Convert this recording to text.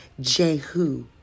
Jehu